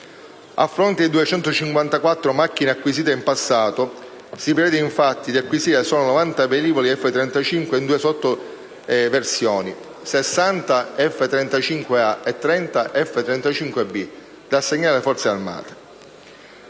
A fronte delle 254 macchine acquisite in passato, si prevede infatti di acquisire solo 90 velivoli F-35 in due sottoversioni, 60 F-35A e 30 F-35B, da assegnare alle Forze armate.